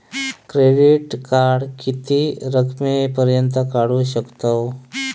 Credit card किती रकमेपर्यंत काढू शकतव?